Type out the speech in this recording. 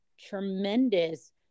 tremendous